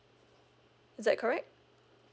is that correct